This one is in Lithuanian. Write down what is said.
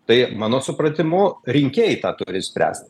tai mano supratimu rinkėjai tą turi spręst